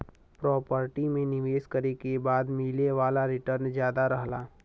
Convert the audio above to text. property में निवेश करे के बाद मिले वाला रीटर्न जादा रहला